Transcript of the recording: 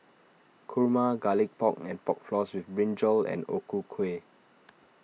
Kurma Garlic Pork and Pork Floss with Brinjal and O Ku Kueh